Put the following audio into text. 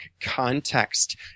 context